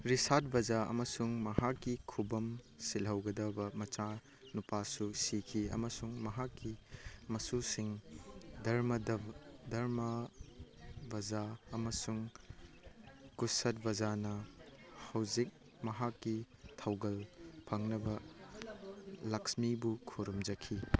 ꯔꯤꯁꯥꯠ ꯕꯖꯥ ꯑꯃꯁꯨꯡ ꯃꯍꯥꯛꯀꯤ ꯈꯨꯕꯝ ꯁꯤꯜꯍꯧꯒꯗꯕ ꯃꯆꯥ ꯅꯨꯄꯥꯁꯨ ꯁꯤꯈꯤ ꯑꯃꯁꯨꯡ ꯃꯍꯥꯛꯀꯤ ꯃꯁꯨꯁꯤꯡ ꯙꯔꯃꯗ ꯙꯔꯃ ꯕꯖꯥ ꯑꯃꯁꯨꯡ ꯀꯨꯁꯠ ꯕꯖꯥꯅ ꯍꯧꯖꯤꯛ ꯃꯍꯥꯛꯀꯤ ꯊꯧꯒꯜ ꯐꯪꯅꯕ ꯂꯛꯁꯃꯤꯕꯨ ꯈꯨꯔꯨꯝꯖꯈꯤ